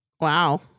Wow